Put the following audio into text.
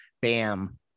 Bam